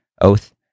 Oath